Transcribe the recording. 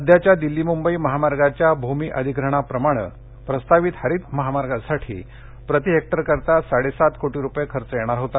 सध्याच्या दिल्ली मुंबई महामार्गाच्या भूमी अधिग्रहणाप्रमाणे प्रस्तावित हरित महामार्गासाठी प्रती हेक्टरसाठी साडेसात कोटी रूपये खर्च येणार होता